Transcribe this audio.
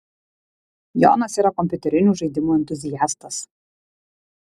jonas yra kompiuterinių žaidimų entuziastas